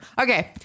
Okay